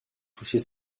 toucher